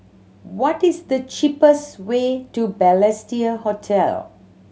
what is the cheapest way to Balestier Hotel